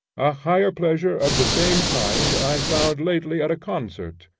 a higher pleasure of the same kind i found lately at a concert,